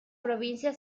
provincia